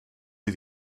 see